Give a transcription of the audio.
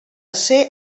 ser